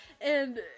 And-